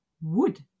wood